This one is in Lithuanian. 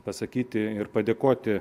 pasakyti ir padėkoti